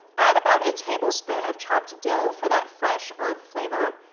add about a tablespoon of chopped dill for that fresh herb flavor,